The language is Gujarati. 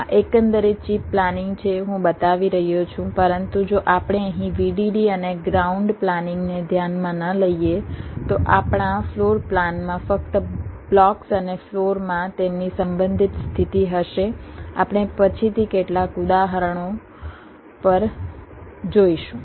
આ એકંદરે ચિપ પ્લાનિંગ છે હું બતાવી રહ્યો છું પરંતુ જો આપણે અહીં VDD અને ગ્રાઉન્ડ પ્લાનિંગને ધ્યાનમાં ન લઈએ તો આપણા ફ્લોર પ્લાનમાં ફક્ત બ્લોક્સ અને ફ્લોરમાં તેમની સંબંધિત સ્થિતિ હશે આપણે પછીથી કેટલાક ઉદાહરણો પણ જોઈશું